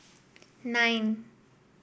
nine